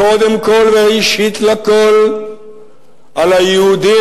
קודם כול וראשית לכול על היהודים,